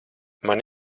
man